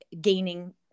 gaining